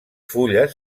fulles